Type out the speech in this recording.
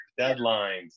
deadlines